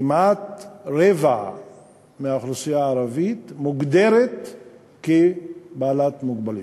כמעט רבע מהאוכלוסייה הערבית מוגדרת כבעלת מוגבלויות.